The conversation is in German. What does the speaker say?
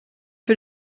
für